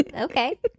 Okay